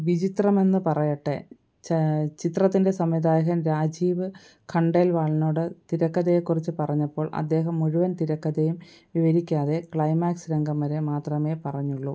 വിചിത്രമെന്നു പറയട്ടെ ചാ ചിത്രത്തിന്റെ സംവിധായകൻ രാജീവ് ഖണ്ഡേൽവാളിനോട് തിരക്കഥയെക്കുറിച്ച് പറഞ്ഞപ്പോൾ അദ്ദേഹം മുഴുവൻ തിരക്കഥയും വിവരിക്കാതെ ക്ലൈമാക്സ് രംഗം വരെ മാത്രമേ പറഞ്ഞുള്ളൂ